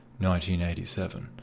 1987